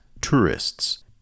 tourists